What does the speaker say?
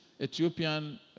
Ethiopian